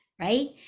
right